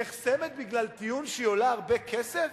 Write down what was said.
נחסמת בגלל טיעון שהיא עולה הרבה כסף?